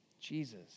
Jesus